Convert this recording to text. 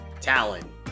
Talon